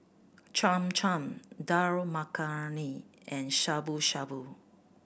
Cham Cham Dal Makhani and Shabu Shabu